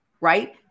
right